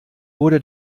wurde